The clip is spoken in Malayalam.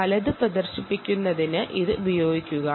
അതിനായി ഈ ഡിസ്പ്ലേ ഉപയോഗിക്കുക